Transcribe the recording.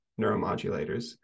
neuromodulators